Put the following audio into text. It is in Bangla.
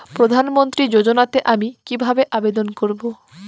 প্রধান মন্ত্রী যোজনাতে আমি কিভাবে আবেদন করবো?